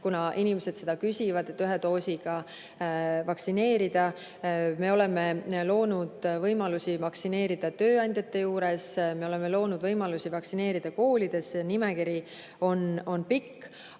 kuna inimesed seda küsivad, et saaks ühe doosiga vaktsineerida. Me oleme loonud võimalusi vaktsineerida tööandjate juures, me oleme loonud võimalusi vaktsineerida koolides – nimekiri on pikk.